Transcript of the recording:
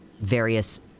various